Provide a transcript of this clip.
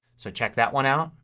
so check that one out.